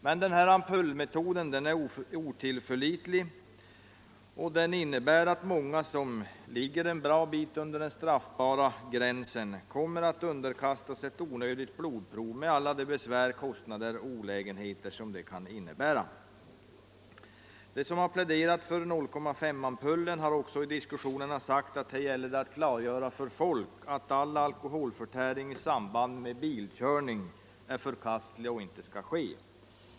Men ampullmetoden är otillförlitlig, och den innebär att många som ligger en bra bit under straffbarhetsgränsen kommer att underkastas ett onödigt blodprov med alla de besvär, kostnader och olägenheter som det kan medföra. De som har pläderat för 0,5-promilleampullen har också i diskussionerna sagt att här gäller det att klargöra för folk att all alkoholförtäring i samband med bilkörning är förkastlig och inte skall ske.